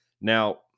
Now